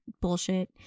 bullshit